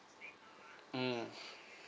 mm